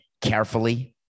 carefully